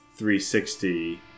360